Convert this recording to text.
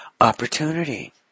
opportunity